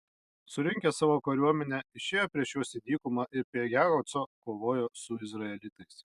surinkęs savo kariuomenę išėjo prieš juos į dykumą ir prie jahaco kovojo su izraelitais